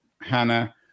Hannah